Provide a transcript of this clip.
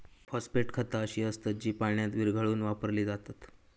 phosphate खता अशी असत जी पाण्यात विरघळवून वापरली जातत